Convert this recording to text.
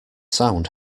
sound